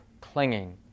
clinging